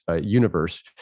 universe